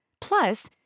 Plus